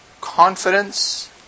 confidence